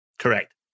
Correct